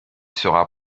sera